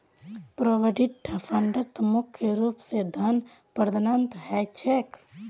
provident फंडत मुख्य रूप स धन प्रदत्त ह छेक